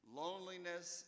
loneliness